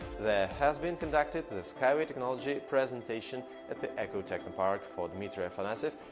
there has been conducted the the skyway technology presentation at the ecotechnopark for dmitriy afanasyev,